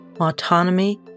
autonomy